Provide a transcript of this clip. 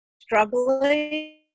struggling